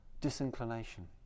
disinclination